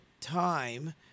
time